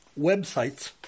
websites